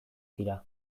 dira